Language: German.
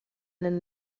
den